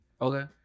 Okay